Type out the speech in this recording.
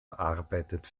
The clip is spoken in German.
arbeitet